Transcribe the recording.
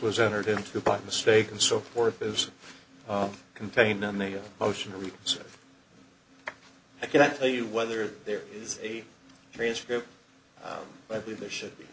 was entered into part mistake and so forth is contained on the ocean reef so i can't tell you whether there is a transcript but i believe there should be